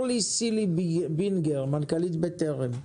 אורלי סילבינגר, מנכ"לית בטרם,